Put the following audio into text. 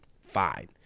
Fine